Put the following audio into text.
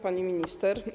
Pani Minister!